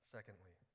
Secondly